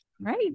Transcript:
Right